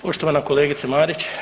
Poštovana kolegice Marić.